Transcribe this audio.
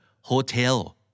hotel